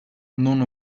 non